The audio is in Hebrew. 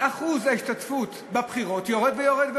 אחוז ההשתתפות בבחירות יורד ויורד ויורד.